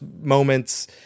moments